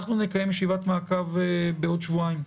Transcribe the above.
אנחנו נקיים ישיבת מעקב בעוד שבועיים,